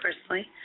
personally